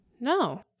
No